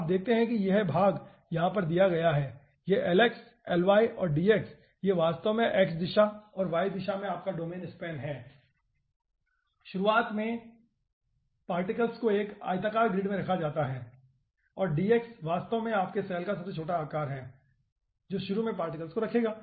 आप देखते हैं कि यह भाग यहाँ पर दिया गया है यह lx ly और dx ये वास्तव में x दिशा और y दिशा में आपका डोमेन स्पैन हैं और dx वास्तव में आपके सेल का सबसे छोटा आकार है ठीक है जो शुरू में पार्टिकल्स को रखेगा